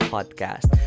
Podcast